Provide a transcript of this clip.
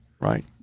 right